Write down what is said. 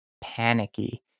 panicky